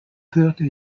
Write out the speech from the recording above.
thirty